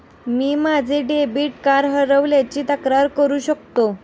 मी माझे debit card हरवल्याची तक्रार करू इच्छितो